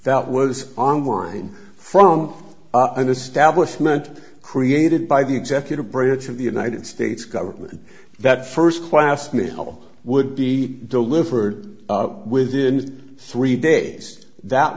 that was online from an establishment created by the executive branch of the united states government that first class mail would be delivered within three days that